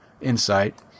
insight